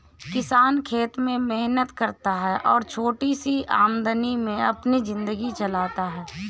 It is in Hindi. किसान खेत में मेहनत करता है और छोटी सी आमदनी में अपनी जिंदगी चलाता है